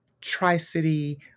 Tri-City